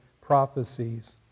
prophecies